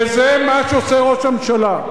וזה מה שעושה ראש הממשלה.